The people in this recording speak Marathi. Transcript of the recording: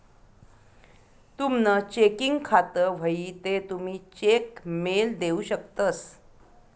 तुमनं चेकिंग खातं व्हयी ते तुमी चेक मेल देऊ शकतंस